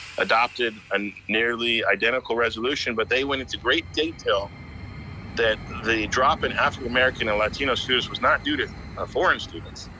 adopted a and nearly identical resolution, but they went into great detail that the drop in african american and latino students was not due to ah foreign students.